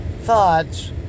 thoughts